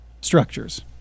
structures